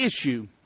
issue